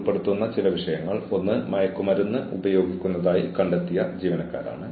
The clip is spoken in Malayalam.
ഞാൻ പലപ്പോഴും പരാമർശിച്ചിട്ടുള്ള രണ്ട് പുസ്തകങ്ങൾ